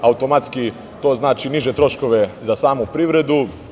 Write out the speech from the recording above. Automatski to znači niže troškove za samu privredu.